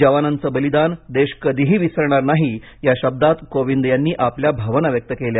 जवानांच बलिदान देश कधीही विसरणार नाही या शब्दांत कोविंद यांनी आपल्या भावना व्यक्त केल्या